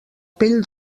pell